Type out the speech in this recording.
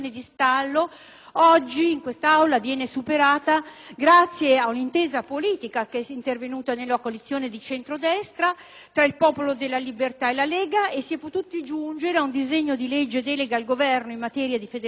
oggi in quest'Aula viene superata, grazie ad un'intesa politica che è intervenuta nella coalizione di centrodestra tra il Popolo della Libertà e la Lega, e si è potuti giungere ad un disegno di legge delega al Governo in materia di federalismo fiscale,